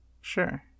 Sure